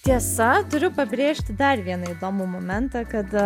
tiesa turiu pabrėžti dar vieną įdomų momentą kad